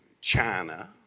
China